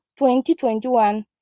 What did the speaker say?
2021